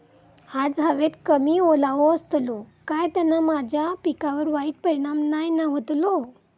आज हवेत कमी ओलावो असतलो काय त्याना माझ्या पिकावर वाईट परिणाम नाय ना व्हतलो?